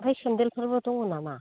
ओमफ्राय सेन्देलफोरबो दङ नामा